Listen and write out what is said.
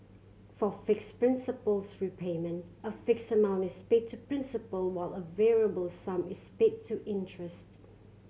for fixed principals repayment a fixed amount is paid to principal while a variable sum is paid to interest